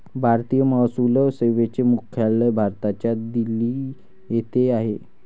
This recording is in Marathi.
भारतीय महसूल सेवेचे मुख्यालय भारताच्या दिल्ली येथे आहे